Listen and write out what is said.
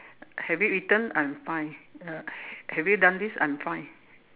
have you eaten I'm fine uh have you done this I'm fine